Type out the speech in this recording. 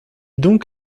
donc